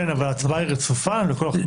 ההצבעה רצופה בכל אחד מהשלבים האלה?